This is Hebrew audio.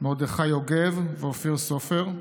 מרדכי יוגב ואופיר סופר,